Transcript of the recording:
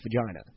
vagina